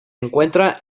encuentra